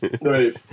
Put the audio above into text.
Right